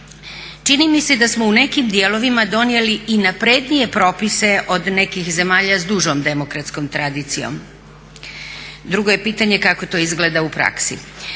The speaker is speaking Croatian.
Čini mi se da smo u nekim dijelovima donijeli i naprednije propise od nekih zemalja sa dužom demokratskom tradicijom. Drugo je pitanje kako to izgleda u praksi.